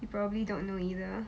you probably don't know either